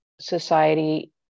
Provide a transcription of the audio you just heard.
society